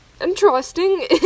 interesting